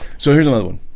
so here's another one